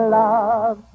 love